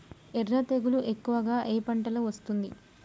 ఎర్ర తెగులు ఎక్కువగా ఏ పంటలో వస్తుంది?